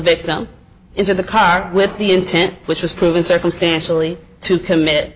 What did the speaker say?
victim into the car with the intent which was proven circumstantially to commit